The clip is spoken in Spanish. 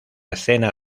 escena